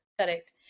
correct